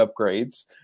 upgrades